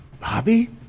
Bobby